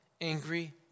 angry